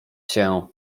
się